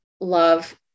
love